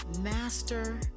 Master